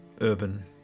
urban